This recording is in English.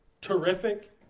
terrific